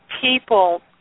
people